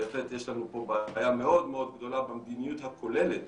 בהחלט יש לנו בעיה מאוד מאוד גדולה במדיניות הכוללת